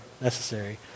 necessary